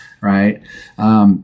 right